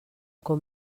com